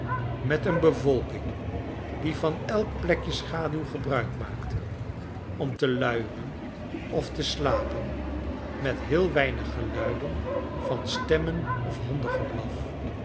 met een bevolking die van elk plekje schaduw gebruik maakte om te luieren of te slapen met heel weinig geluiden van stemmen of